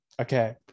okay